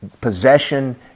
possession